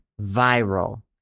viral